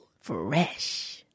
Fresh